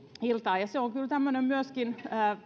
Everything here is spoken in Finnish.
iltaa ja se on kyllä tämmöinen myöskin